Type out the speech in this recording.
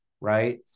right